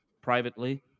privately